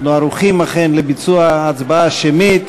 אנחנו ערוכים, אכן, לביצוע ההצבעה השמית.